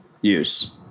use